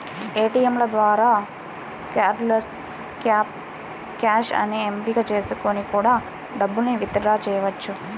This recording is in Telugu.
ఏటియంల ద్వారా కార్డ్లెస్ క్యాష్ అనే ఎంపిక చేసుకొని కూడా డబ్బుల్ని విత్ డ్రా చెయ్యొచ్చు